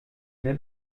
n’est